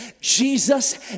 Jesus